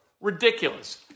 Ridiculous